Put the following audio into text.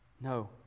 No